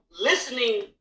listening